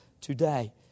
today